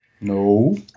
No